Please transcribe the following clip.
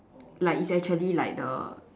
like it's actually like the